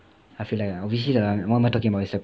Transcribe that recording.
I feel like obviously lah what am I talking about it's a